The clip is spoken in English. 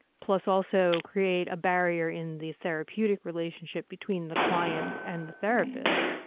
plus also create a barrier in the therapeutic relationship between the client and the therapist.